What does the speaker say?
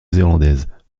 zélandaise